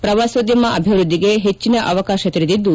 ಪ್ರವಾಸೋದ್ಯಮ ಅಭಿವೃದ್ಧಿಗೆ ಹೆಚ್ಚನ ಅವಕಾಶ ತೆರೆದಿದ್ದು